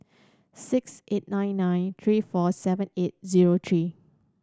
six eight nine nine three four seven eight zero three